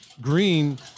Green